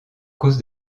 cause